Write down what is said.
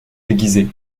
déguisé